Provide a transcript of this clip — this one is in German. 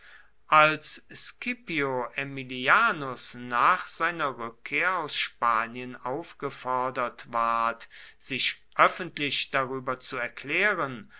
als scipio aemilianus nach seiner rückkehr aus spanien aufgefordert ward sich öffentlich darüber zu erklären